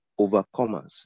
overcomers